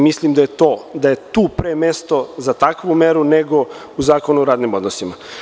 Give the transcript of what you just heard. Mislim da je to, da je tu pre mesto za takvu meru, nego u Zakonu o radnim odnosima.